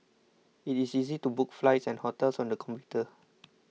it is easy to book flights and hotels on the computer